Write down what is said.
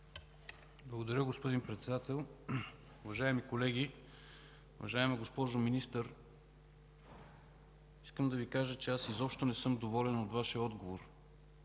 Благодаря, господин Председател. Уважаеми колеги! Уважаема госпожо Министър, искам да Ви кажа, че аз изобщо не съм доволен от Вашия отговор.